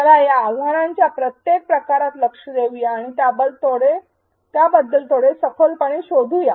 चला या आव्हानांच्या प्रत्येक प्रकारात लक्ष देऊ या आणि त्याबद्दल थोडे सखोलपणे शोधूया